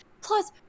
plus